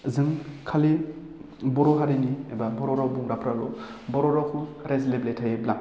जों खालि बर' हारिनि एबा बर' राव बुंग्राफ्राल' बर' रावखौ रायज्लायबाय थायोब्ला